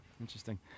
Interesting